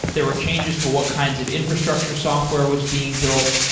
there were changes to what kinds of infrastructure software was being built.